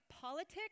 politics